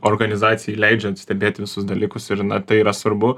organizacijai leidžiant stebėt visus dalykus ir na tai yra svarbu